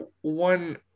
one